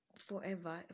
forever